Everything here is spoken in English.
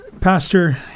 Pastor